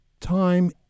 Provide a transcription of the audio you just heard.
time